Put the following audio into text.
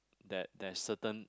that that certain